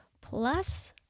plus